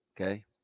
Okay